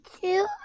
two